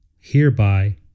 Hereby